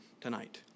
tonight